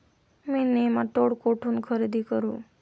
मी nematode कुठून खरेदी करू?